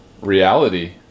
Reality